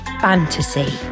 fantasy